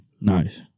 Nice